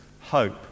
hope